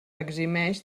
eximeix